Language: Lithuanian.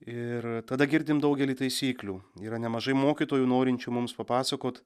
ir tada girdim daugelį taisyklių yra nemažai mokytojų norinčių mums papasakot